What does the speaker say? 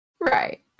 right